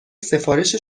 سفارش